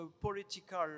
political